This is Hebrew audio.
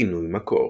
כינוי מקור